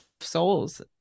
souls